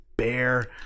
Bear